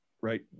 right